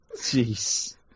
Jeez